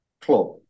club